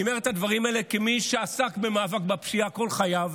אני אומר את הדברים האלה כמי שעסק במאבק בפשיעה כל חייו.